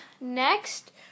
next